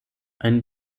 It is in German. ein